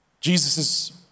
Jesus